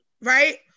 right